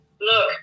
look